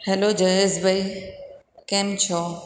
hello Jayesh ભાઈ કેમ છો